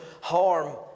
harm